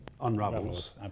unravels